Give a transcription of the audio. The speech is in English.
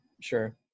Sure